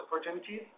opportunities